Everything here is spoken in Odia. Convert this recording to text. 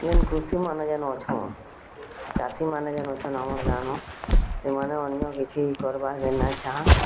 ଯେନ୍ କୃଷିମାନେ ଯେନ୍ ଅଛନ୍ ଚାଷୀମାନେ ଯେନ୍ ଅଛନ୍ ଆମ ଗାଁନ ସେମାନେ ଅନ୍ୟ କିଛି କର୍ବାଁ ନା ଚାହାଁ